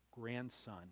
grandson